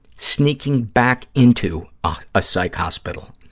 sneaking back into a psych hospital,